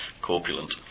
Corpulent